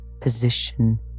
position